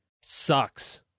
sucks